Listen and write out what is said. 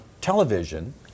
television